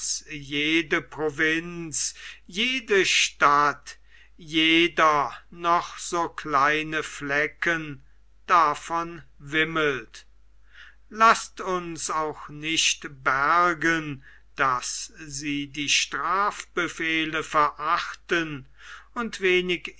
jede provinz jede stadt jeder noch so kleine flecken davon wimmelt laßt uns auch nicht bergen daß sie die strafbefehle verachten und wenig